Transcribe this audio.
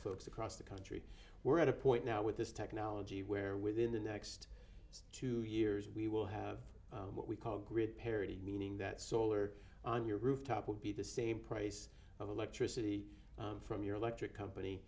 folks across the country we're at a point now with this technology where within the next two years we will have what we call grid parity meaning that solar on your rooftop will be the same price of electricity from your electric company